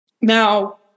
Now